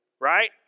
right